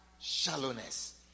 Shallowness